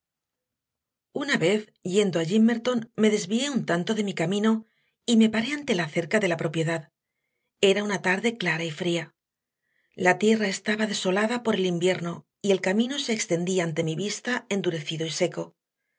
una vez yendo a gimmerton me desvié un tanto de mi camino y me paré ante la cerca de la propiedad era una tarde clara y fría la tierra estaba desolada por el invierno y el camino se extendía ante mi vista endurecido y seco